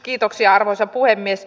kiitoksia arvoisa puhemies